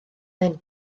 hyn